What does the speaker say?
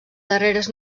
darreres